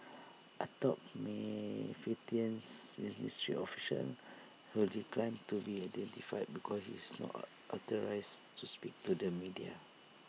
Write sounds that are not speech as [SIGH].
A top may [UNINTELLIGIBLE] ministry official who declined to be identified because he is not [HESITATION] authorised to speak to the media